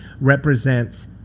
represents